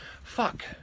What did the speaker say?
Fuck